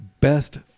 best